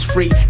Free